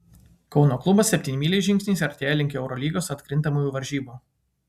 kauno klubas septynmyliais žingsniais artėja link eurolygos atkrintamųjų varžybų